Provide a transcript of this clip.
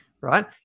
right